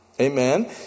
amen